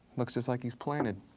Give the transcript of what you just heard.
looks just like he's planted.